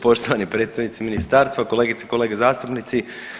Poštovani predstavnici ministarstva, kolegice i kolege zastupnici.